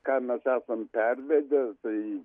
ką mes esam pervedę tai